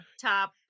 top